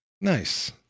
Nice